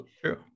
True